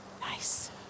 Nice